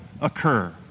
occur